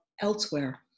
elsewhere